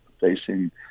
facing